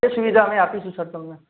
એ સુવિધા અમે આપીશું સર તમને